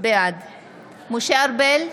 בעד משה ארבל,